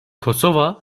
kosova